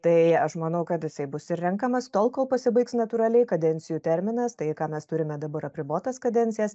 tai aš manau kad jisai bus ir renkamas tol kol pasibaigs natūraliai kadencijų terminas tai ką mes turime dabar apribotas kadencijas